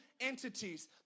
entities